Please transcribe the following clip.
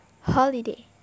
Holiday